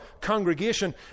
congregation